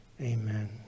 Amen